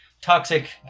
Toxic